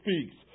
speaks